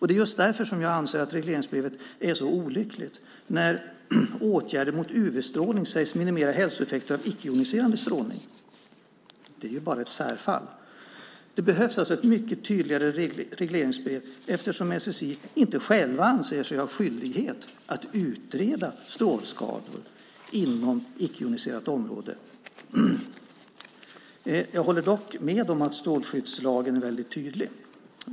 Det är just därför som jag anser att regleringsbrevet är så olyckligt. Åtgärder mot UV-strålning sägs minimera hälsoeffekter av icke-joniserande strålning, men det är ju bara ett särfall. Det behövs alltså ett mycket tydligare regleringsbrev eftersom SSI självt inte anser sig ha skyldighet att utreda strålskador inom icke-joniserat område. Jag håller dock med om att strålskyddslagen är väldigt tydlig.